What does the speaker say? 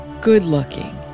good-looking